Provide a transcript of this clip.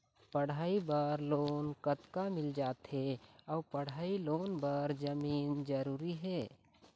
पढ़ई बर लोन कतका मिल जाथे अऊ पढ़ई लोन बर जमीन जरूरी हे?